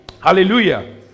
Hallelujah